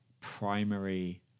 primary